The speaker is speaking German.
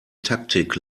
taktik